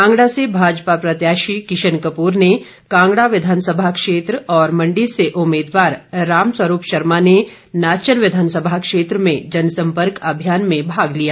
कांगड़ा से भाजपा प्रत्याशी किशन कपूर ने कांगड़ा विधानसभा क्षेत्र और मंडी से उम्मीदवार रामस्वरूप शर्मा ने नाचन विधानसभा क्षेत्र जनसंपर्क अभियान में भाग लिया